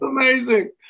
amazing